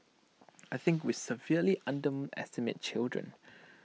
I think we severely underestimate children